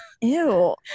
Ew